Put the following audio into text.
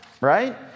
right